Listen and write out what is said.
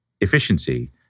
efficiency